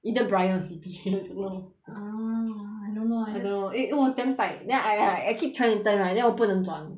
either brian or C_B I don't know ah I don't know I just I don't know it was damn tight I keep trying to turn right then 我不能转